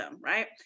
right